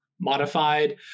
modified